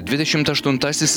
dvidešimt aštuntasis